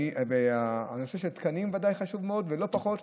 אני חושב שתקנים ודאי חשובים מאוד, ולא פחות,